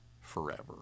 forever